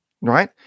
Right